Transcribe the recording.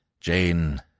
Jane